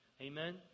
Amen